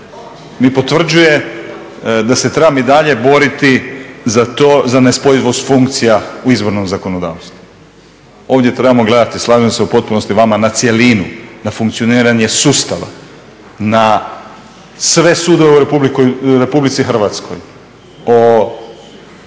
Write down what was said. mi potvrđuje da se trebam i dalje boriti za nespojivosti funkcija u izvornom zakonodavstvu. Ovdje trebamo gledati, slažem se u potpunosti s vama na cjelinu, na funkcioniranje sustava, na sve sudove u Republici Hrvatskoj, od